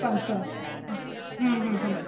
पंज हम्म हम्म हम्म